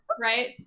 right